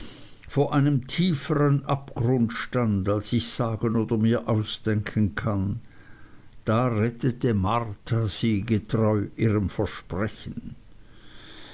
vor einem tiefern abgrund stand als ich sagen oder mir ausdenken kann da rettete marta sie getreu ihrem versprechen